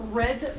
red